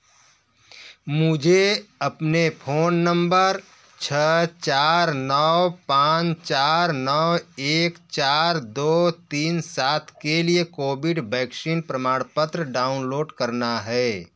मुझे अपने phone number छः चार नौ पाँच चार नौ एक चार दो तीन सात के लिए कोविड वैक्सीन प्रमाणपत्र डाउनलोड करना है